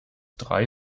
drei